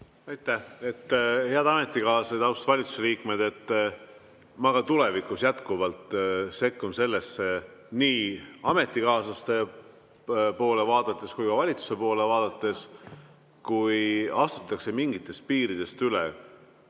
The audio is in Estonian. Aitäh! Head ametikaaslased! Austatud valitsusliikmed! Ma ka tulevikus jätkuvalt sekkun sellesse – nii ametikaaslaste poole vaadates kui ka valitsuse poole vaadates –, kui astutakse mingitest piiridest üle,